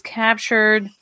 captured